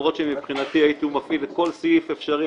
למרות שמבחינתי הייתי מפעיל כל סעיף אפשרי.